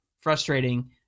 frustrating